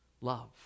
love